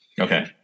Okay